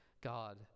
God